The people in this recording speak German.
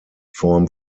form